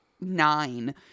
nine